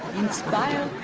inspired.